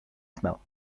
smell